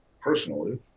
personally